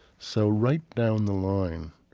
so right down the line,